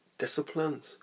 disciplines